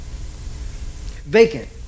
Vacant